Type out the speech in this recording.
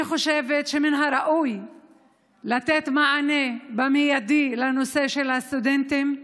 אני חושבת שמן הראוי לתת מענה מיידי לנושא של הסטודנטים.